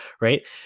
right